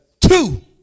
Two